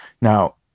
Now